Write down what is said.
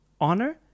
honor